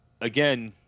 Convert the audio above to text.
again